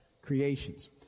creations